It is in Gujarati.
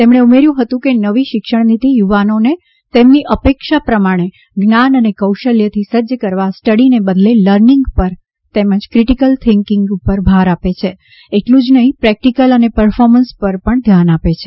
તેમણે ઉમેર્યું હતું કે નવી શિક્ષણ નીતિ યુવાનોને તેમની અપેક્ષા પ્રમાણે જ્ઞાન અને કૌશલથી સજ્જ કરવા સ્ટડીને બદલે લર્નિંગ ઉપર તેમજ ક્રિટિકલ થિંકિંગ ઉપર ભાર આપે છે એટલું જ નહીં પ્રેક્ટીકલ અને પરફોર્મન્સ ઉપર પણ ધ્યાન આપે છે